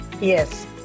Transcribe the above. Yes